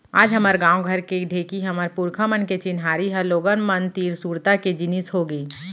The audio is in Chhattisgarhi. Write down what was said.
आज हमर गॉंव घर के ढेंकी हमर पुरखा मन के चिन्हारी हर लोगन मन तीर सुरता के जिनिस होगे